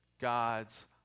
God's